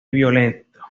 violento